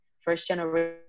first-generation